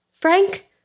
Frank